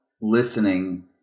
listening